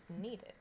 needed